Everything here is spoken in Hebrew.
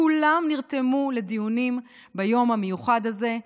כולם נרתמו לדיונים ביום המיוחד הזה.